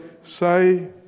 say